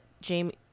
jamie